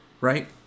right